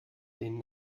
den